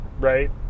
right